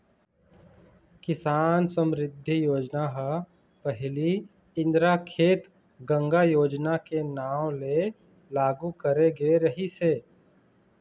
किसान समरिद्धि योजना ह पहिली इंदिरा खेत गंगा योजना के नांव ले लागू करे गे रिहिस हे